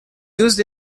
used